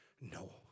No